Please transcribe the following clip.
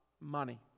money